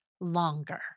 longer